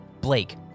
Blake